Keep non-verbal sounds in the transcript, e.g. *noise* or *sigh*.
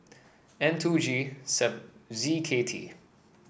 N two G *unintelligible* Z K T